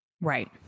Right